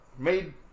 Made